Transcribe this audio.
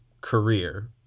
career